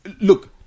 Look